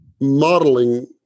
modeling